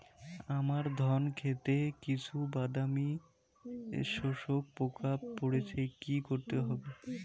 আমার ধন খেতে কিছু বাদামী শোষক পোকা পড়েছে কি করতে হবে?